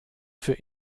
für